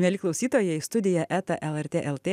mieli klausytojai studija eta lrt lt